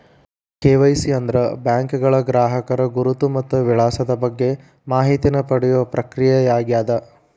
KYC ಅಂದ್ರ ಬ್ಯಾಂಕ್ಗಳ ಗ್ರಾಹಕರ ಗುರುತು ಮತ್ತ ವಿಳಾಸದ ಬಗ್ಗೆ ಮಾಹಿತಿನ ಪಡಿಯೋ ಪ್ರಕ್ರಿಯೆಯಾಗ್ಯದ